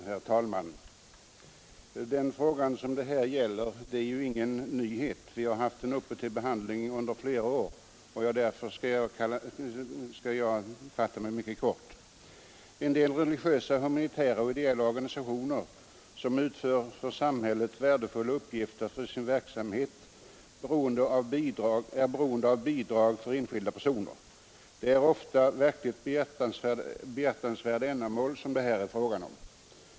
Herr talman! Den fråga som det här gäller är inte ny. Vi har haft den uppe till behandling under flera år, och jag kan därför fatta mig kort. En del religiösa, humanitära och ideella organisationer, som fullgör för samhället värdefulla uppgifter, är för sin verksamhet beroende av bidrag från enskilda personer. Det är ofta verkligt behjärtansvärda ändamål som det är frågan om.